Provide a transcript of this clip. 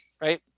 right